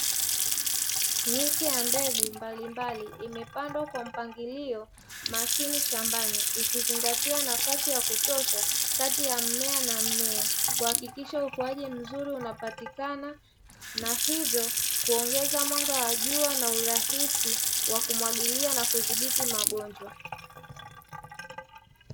Miti ya mbegu mbalimbali imepandwa kwa mpangilio makini shambani ikizingatia nafasi ya kutosha kati ya mmea na mmea, kuhakikisha ukuaji mzuri unapatikana, na hivyo kuongeza mwanga wa jua na urahisi wa kumwagilia na kudhibiti magonjwa.